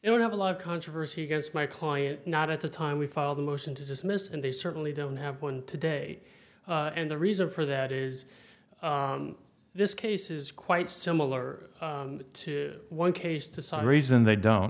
it would have a lot of controversy against my client not at the time we filed a motion to dismiss and they certainly don't have one today and the reason for that is this case is quite similar to one case to some reason they don't